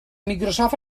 microsoft